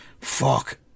Fuck